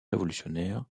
révolutionnaires